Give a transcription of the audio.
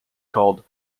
called